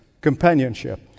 companionship